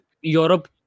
Europe